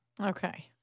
Okay